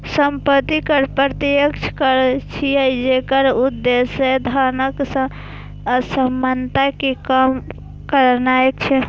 संपत्ति कर प्रत्यक्ष कर छियै, जेकर उद्देश्य धनक असमानता कें कम करनाय छै